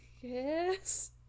Yes